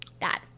Dad